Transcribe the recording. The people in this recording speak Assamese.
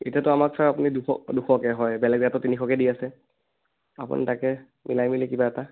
এতিয়াটো আমাক ছাৰ আপুনি দুশ দুশকৈ হয় বেলেগেটো তিনিশকৈ দি আছে আপুনি তাকে মিলাই মেলি কিবা এটা